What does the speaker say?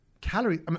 Calories